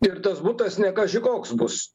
ir tas butas ne kaži koks bus